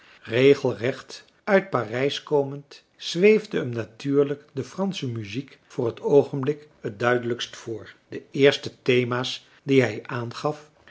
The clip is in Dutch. regelrecht uit parijs komend zweefde hem natuurlijk de fransche muziek voor het oogenblik het duidelijkst voor de eerste thema's die hij aangaf